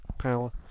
power